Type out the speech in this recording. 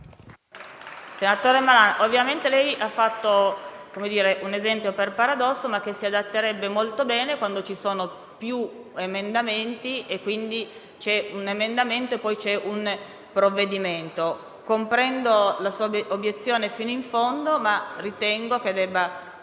Senatore Malan, lei ha fatto un esempio per paradosso, ma che si adatterebbe molto bene qualora ci fossero più emendamenti e non quando c'è un emendamento e un provvedimento. Comprendo la sua obiezione fino in fondo, ma ritengo che debba